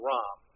Rom